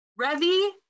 Revy